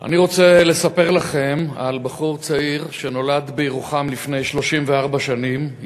אני רוצה לספר לכם על בחור צעיר שנולד בירוחם לפני 34 שנים,